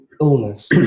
illness